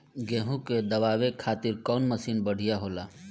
गेहूँ के दवावे खातिर कउन मशीन बढ़िया होला?